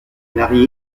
mariée